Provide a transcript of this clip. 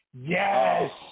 Yes